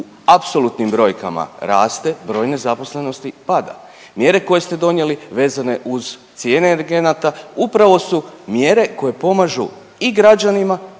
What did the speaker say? u apsolutnim brojkama raste, broj nezaposlenosti pada. Mjere koje ste donijeli vezane uz cijene energenata upravo su mjere koje pomažu i građanima